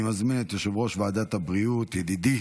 אני מזמין את יושב-ראש ועדת הבריאות ידידי